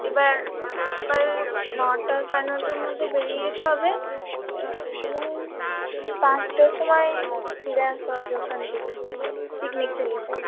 এবার সকাল নটা সাড়ে নটার মধ্যে বেরিয়ে যেতে হবে এবং পাঁচটার সময় ফিরে আসতে হবে ওখান থেকে পিকনিক থেকে